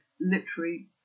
Literary